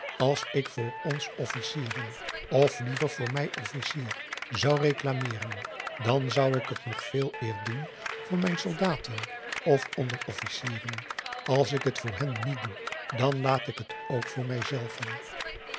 als ik voor ons officieren of liever voor mij officier zou reclameeren dan zou ik het nog veeleer doen voor mijn soldaten of onderofficieren als ik t voor hen niet doe dan laat ik het ook voor mijzelven